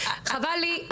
חבל לי,